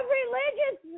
religious